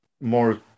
more